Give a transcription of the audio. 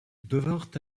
devinrent